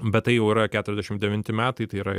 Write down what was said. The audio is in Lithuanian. bet tai jau yra keturiasdešim devinti metai tai yra